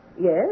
Yes